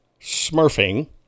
Smurfing